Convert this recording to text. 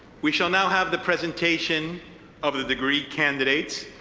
we shall now have the presentation of the degree candidates.